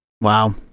Wow